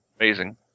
Amazing